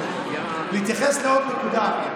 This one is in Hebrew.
להתייחס לעוד נקודה: